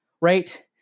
right